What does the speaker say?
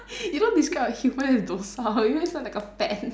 you don't describe a human as docile you know it's not like a pen